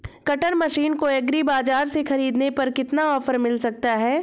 Cutter machine को agri बाजार से ख़रीदने पर कितना ऑफर मिल सकता है?